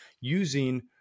using